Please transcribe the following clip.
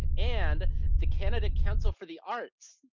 ah and the canada council for the arts.